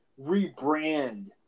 rebrand